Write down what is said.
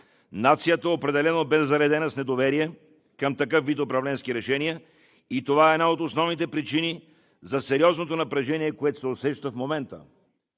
Нацията определено бе заредена с недоверие към такъв вид управленски решения и това е една от основните причини за сериозното напрежение, което се усеща в момента.